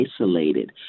isolated